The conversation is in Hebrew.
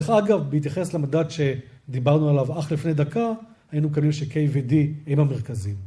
אגב, בהתייחס למדד שדיברנו עליו אך לפני דקה, היינו מקווים ש-K ו-D הם המרכזיים.